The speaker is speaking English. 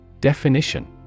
Definition